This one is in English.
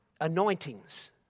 anointings